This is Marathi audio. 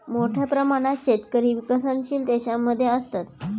मोठ्या प्रमाणात शेतकरी विकसनशील देशांमध्ये असतात